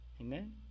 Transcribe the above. Amen